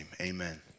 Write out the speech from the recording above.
amen